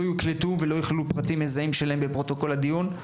לא יוקלטו ולא יכילו פרטים מזהים שלהם בפרוטוקול הדיון.